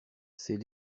ses